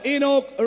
Enoch